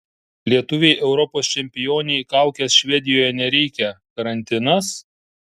lietuvei europos čempionei kaukės švedijoje nereikia karantinas